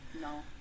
No